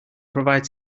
provide